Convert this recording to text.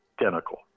identical